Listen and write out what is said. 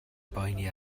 boeni